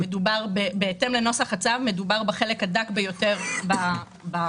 בהתאם לנוסח הצו מדובר בחלק הדק ביותר בכלי.